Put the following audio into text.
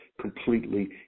completely